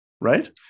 right